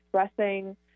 expressing